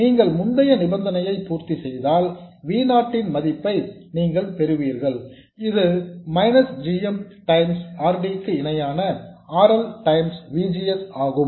நீங்கள் முந்தைய நிபந்தனையை பூர்த்தி செய்தால் V நாட் ன் மதிப்பை நீங்கள் பெறுவீர்கள் இது minus g m times R D க்கு இணையான R L times V G S ஆகும்